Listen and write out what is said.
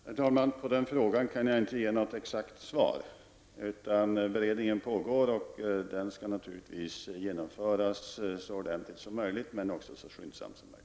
Herr talman! På den frågan kan jag inte ge något exakt svar. Beredningen pågår, och den skall naturligtvis genomföras så ordentligt som möjligt, men också så skyndsamt som möjligt.